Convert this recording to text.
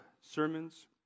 sermons